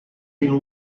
film